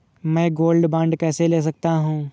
मैं gold bond कैसे ले सकता हूँ?